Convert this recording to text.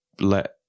let